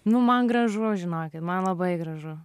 nu man gražu žinokit man labai gražu